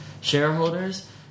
shareholders